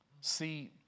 See